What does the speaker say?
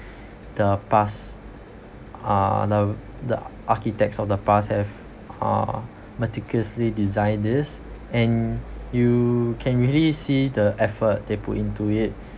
the past uh the the architects of the past have uh meticulously designed this and you can really see the effort they put into it